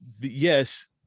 yes